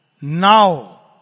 now